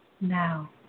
now